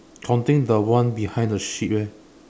counting the one behind the sheep eh